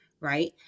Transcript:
Right